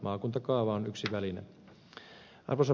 maakuntakaava on yksi väline